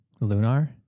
Lunar